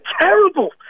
terrible